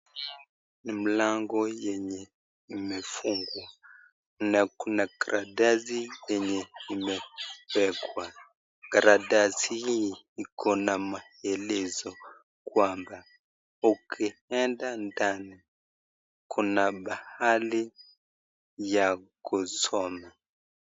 Ni mlango yenye imefungwa. Na kuna karatasi yenye imepekwa. Karatasi hii iko na maelezo kwamba ukienda ndani kuna mahali ya kusoma.